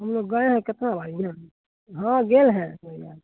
हमलोग गए हैं कितना बारी ना हाँ गेल हैं सिमरिया